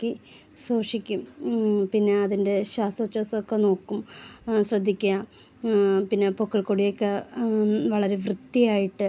സൂക്ഷിക്കും പിന്നെ അതിൻ്റെ ശ്വാസോച്ഛ്വാസമൊക്കെ നോക്കും ശ്രദ്ധിക്കുക പിന്നെ പൊക്കിൾക്കൊടിയൊക്കെ വളരെ വൃത്തിയായിട്ട്